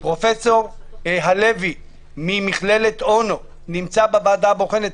פרופ' הלוי, ממכללת אונו, נמצא בוועדה הבוחנת.